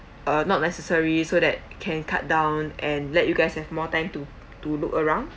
uh not necessary so that can cut down and let you guys have more time to to look around